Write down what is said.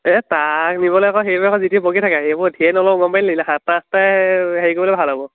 এই তাক নিবলৈ আকৌ সেইটোৱে আকৌ যি টি বকি থাকে সেইবোৰ ধেৰ নলও গম পালিনে সাতটা আঠটাই হেৰি কৰিবলৈ ভাল হ'ব